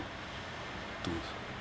to